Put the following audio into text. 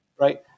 right